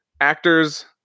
actors